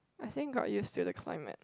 I think got use to the climate